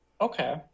Okay